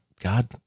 God